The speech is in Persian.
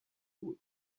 بود